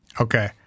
Okay